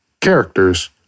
characters